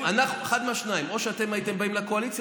אחד מהשניים: או שאתם הייתם באים לקואליציה